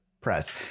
press